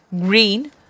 Green